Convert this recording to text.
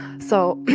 so